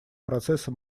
процесса